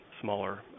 smaller